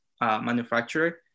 manufacturer